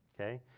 okay